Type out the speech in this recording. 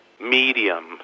medium